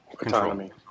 autonomy